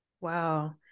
Wow